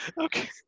Okay